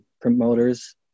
promoters